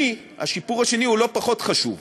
השיפור השני הוא לא פחות חשוב: